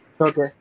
Okay